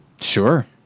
Sure